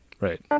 right